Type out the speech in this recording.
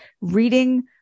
reading